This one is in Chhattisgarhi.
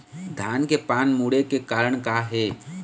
धान के पान मुड़े के कारण का हे?